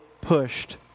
pushed